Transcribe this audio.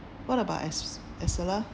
what about es~ estella